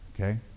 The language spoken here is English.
Okay